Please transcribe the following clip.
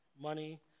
money